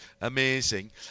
amazing